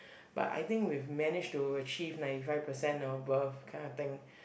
but I think we've managed to achieve ninety five percent or above kind of thing